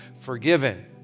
forgiven